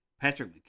Patrick